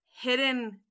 hidden